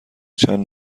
چند